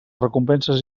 recompenses